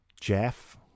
Jeff